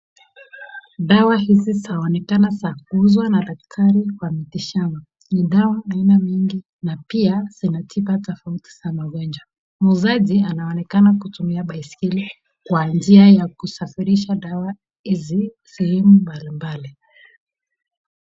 Dawa hizi zaonekana za kuuzwa na daktari wa miti shamba, ni dawa aina mingi na pia zina tiba tofauti za magonjwa, muuzaji anaonekana kutumia baiskeli kwa njia ya kusafirisha dawa hizi sehemu mbalimbali.